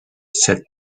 said